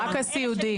רק הסיעודי.